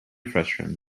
frustums